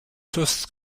fifth